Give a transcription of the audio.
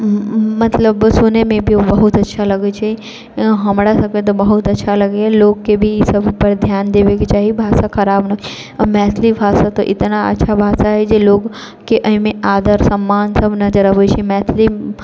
मतलब सुनैमे भी ओ बहुत अच्छा लगै छै हमरा सभके तऽ बहुत अच्छा लगैए लोकके भी ई सभपर ध्यान देबैके चाही भाषा खराब नहि आओर मैथिली भाषा तऽ इतना अच्छा भाषा है जे लोकके एहिमे आदर सम्मान सभ नजरि अबै छै मैथिली